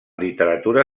literatura